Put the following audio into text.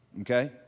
Okay